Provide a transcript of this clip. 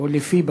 בקשתך.